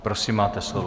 Prosím, máte slovo.